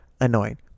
Annoying